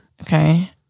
Okay